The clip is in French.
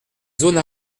zone